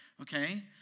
Okay